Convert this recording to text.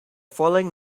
following